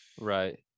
Right